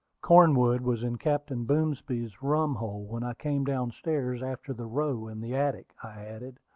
cornwood was in captain boomsby's rumhole when i came down stairs after the row in the attic, i added,